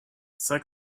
cinq